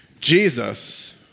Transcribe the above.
Jesus